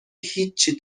هیچی